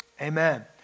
amen